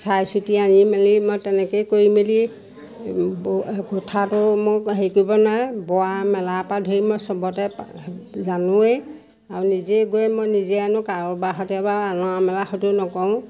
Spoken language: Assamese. চাই চিতি আনি মেলি মই তেনেকেই কৰি মেলি গোঁঠাটোত মোক হেৰি কৰিব নোৱাৰে বোৱা মেলাৰ পা ধৰি মই চবতে জানোৱেই আৰু নিজে গৈ মই নিজে আনো কাৰোবাৰ সৈতে বা অনা মেলা সৈটো নকৰোঁ